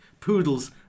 poodles